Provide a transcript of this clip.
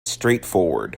straightforward